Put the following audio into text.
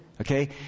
okay